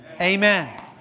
Amen